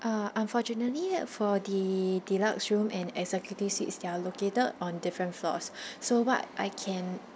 uh unfortunately for the deluxe room and executive suites they are located on different floors so what I can